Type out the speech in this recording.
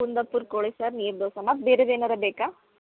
ಕುಂದಾಪುರ ಕೋಳಿ ಸಾರು ನೀರು ದೋಸೆ ಮತ್ತು ಬೇರೆದು ಏನಾರ ಬೇಕಾ